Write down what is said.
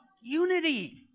Unity